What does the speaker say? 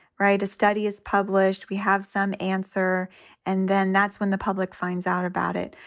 right. a study is published. we have some answer and then that's when the public finds out about it.